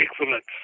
excellence